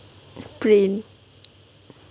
print